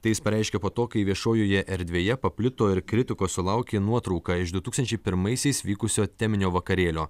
tai jis pareiškė po to kai viešojoje erdvėje paplito ir kritikos sulaukė nuotrauka iš du tūkstančiai pirmaisiais vykusio teminio vakarėlio